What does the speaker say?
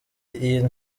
iyi